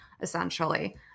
essentially –